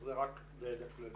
אז זה רק לידע כללי.